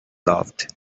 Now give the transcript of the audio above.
laughed